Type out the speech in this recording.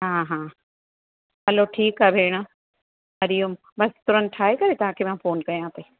हा हा हलो ठीकु आहे भेणु हरिओम बसि तुरंत ठाहे करे तव्हांखे मां फोन कयां पई